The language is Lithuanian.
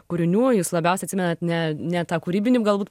kūrinių jūs labiausiai atsimenat ne ne tą kūrybinį galbūt